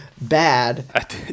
bad